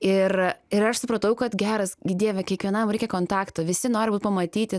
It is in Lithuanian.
ir ir aš supratau kad geras gi dieve kiekvienam reikia kontakto visi nori būt pamatyti